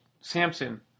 Samson